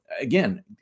again